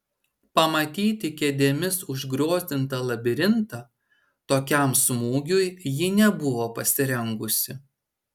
pamatyti kėdėmis užgriozdintą labirintą tokiam smūgiui ji nebuvo pasirengusi